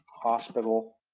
hospital,